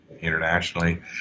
internationally